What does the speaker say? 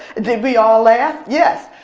did we all laugh? yes.